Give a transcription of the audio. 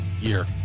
year